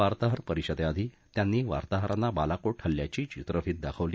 वार्ताहर परिषदे आधी त्यांनी वार्ताहरांना बालाकोट हल्ल्याची चित्रफीत दाखवली